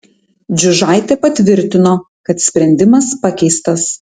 džiužaitė patvirtino kad sprendimas pakeistas